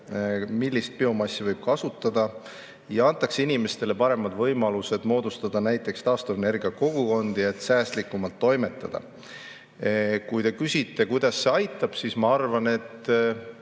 millist biomassi võib kasutada, ja antakse inimestele paremad võimalused moodustada näiteks taastuvenergia kogukondi, et säästlikumalt toimetada. Kui te küsite, kuidas see aitab, siis ma arvan, et